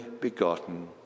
begotten